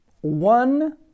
one